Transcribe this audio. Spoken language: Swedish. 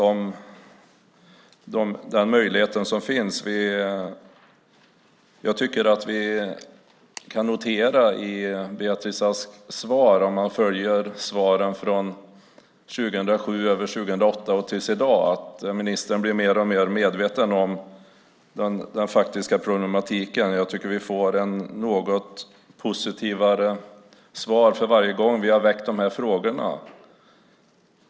Om man följer Beatrice Asks svar från 2007 över 2008 och tills i dag kan vi notera att ministern blir mer och mer medveten om de faktiska problemen. Jag tycker att vi får ett något positivare svar för varje gång vi har ställt de här frågorna.